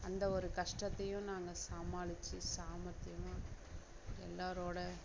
அந்த ஒரு கஷ்டத்தையும் நாங்கள் சமாளித்து சாமர்த்தியமாக எல்லாரோடய